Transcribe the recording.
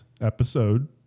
episode